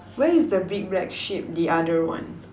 where is the big black sheep the other one